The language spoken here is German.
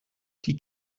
die